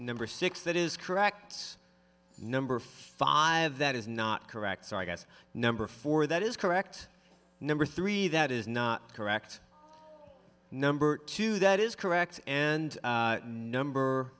number six that is corrects number five that is not correct so i guess number four that is correct number three that is not correct number two that is correct and number